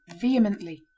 vehemently